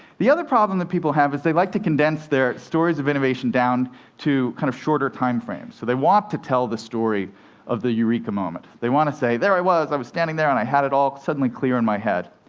the other problem that people have is, they like to condense their stories of innovation down to kind of shorter time frames. so they want to tell the story of the eureka moment. they want to say, there i was, i was standing there, and i had it all, suddenly, clear in my head.